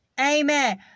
Amen